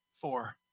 Four